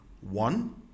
one